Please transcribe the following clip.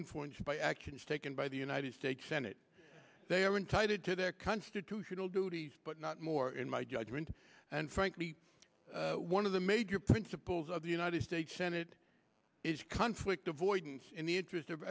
influenced by actions taken by the united states senate they are entitled to their constitutional duties but not more in my judgment and frankly one of the major principles of the united states senate is conflict avoidance in the interest of